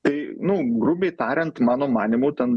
tai nu grubiai tariant mano manymu ten